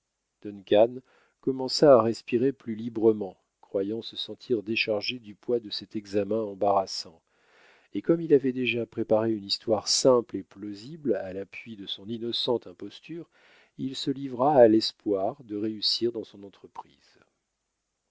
commença à respirer plus librement croyant se sentir déchargé du poids de cet examen embarrassant et comme il avait déjà préparé une histoire simple et plausible à l'appui de son innocente imposture il se livra à l'espoir de réussir dans son entreprise